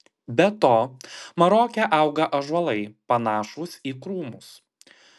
be to maroke auga ąžuolai panašūs į krūmus